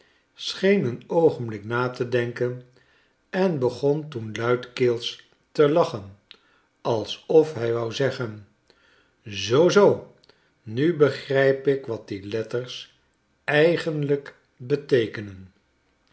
een oogenblik na te denken en begon toen luidkeels te lachen alsof hij wou zeggen zoo zoo nu begrijp ik wat die letters eigenlijk beteekenen